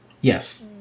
yes